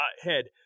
head